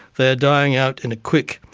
they are dying out in a quick,